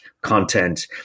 content